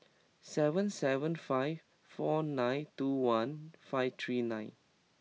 seven seven five four nine two one five three nine